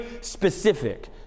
specific